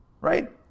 Right